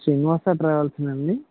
శ్రీనివాస ట్రావెల్సేనా అండి